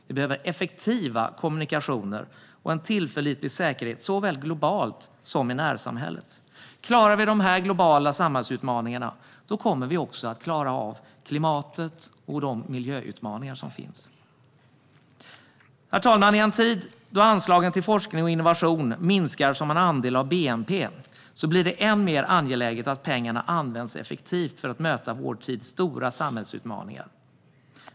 Vi behöver effektiva kommunikationer och en tillförlitlig säkerhet såväl globalt som i närsamhället. Om vi klarar dessa globala samhällsutmaningar kommer vi också att klara av klimatet och miljöutmaningarna. Herr talman! I en tid då anslagen till forskning och innovation minskar som andel av bnp blir det än mer angeläget att pengarna används effektivt för att möta vår tids stora samhällsutmaningar.